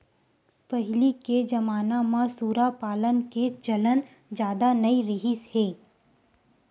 पहिली के जमाना म सूरा पालन के चलन जादा नइ रिहिस हे